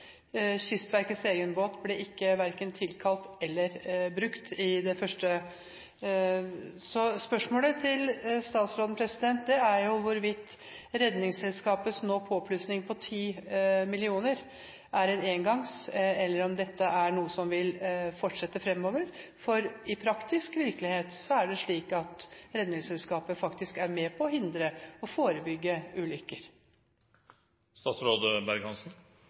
Kystverkets egen båt ble verken tilkalt eller brukt i den første tiden. Spørsmålet til statsråden er: Er Redningsselskapets påplussing på 10 mill. kr er en engangssum, eller er dette noe som vil fortsette fremover? I praktisk virkelighet er det slik at Redningsselskapet faktisk er med på å hindre og forebygge ulykker.